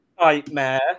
nightmare